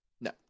No